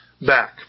back